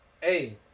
Hey